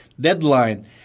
deadline